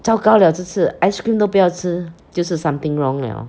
糟糕 liao 这次 ice cream 都不要吃就是 something wrong liao